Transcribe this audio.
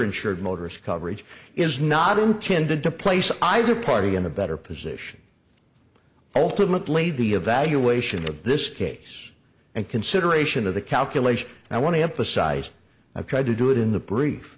insured motorist coverage is not intended to place either party in a better position ultimately the evaluation of this case and consideration of the calculation i want to emphasize i tried to do it in the brief